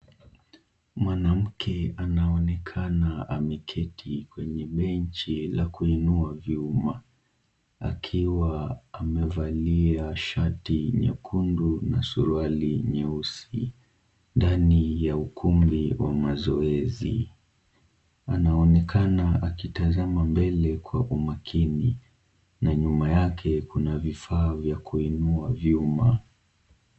Mwanamke anaonekana ameketi kwenye benchi la kuinua vyuma, akiwa amevalia shati nyekundu na suruali nyeusi, ndani ya ukumbi wa mazoezi. Anaonekana akitazama mbele kwa umakini, na nyuma yake kuna vifaa vya kuinua vyuma.